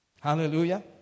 Hallelujah